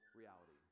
reality